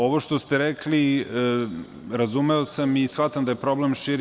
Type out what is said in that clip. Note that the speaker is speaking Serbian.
Ovo što ste rekli, razumeo sam i shvatam da je problem širi.